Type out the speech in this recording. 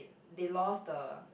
they lost the